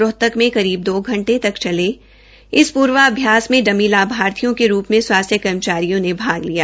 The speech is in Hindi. रोहतक मे करीब दो घंटे तक चले इस पर्वाभ्यास मे डम्मी लाभार्थियों के रूप में स्वास्थ्य कर्मचारियों ने भाग लिया